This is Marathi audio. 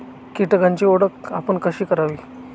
कीटकांची ओळख आपण कशी करावी?